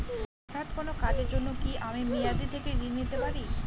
হঠাৎ কোন কাজের জন্য কি আমি মেয়াদী থেকে ঋণ নিতে পারি?